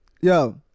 Yo